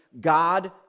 God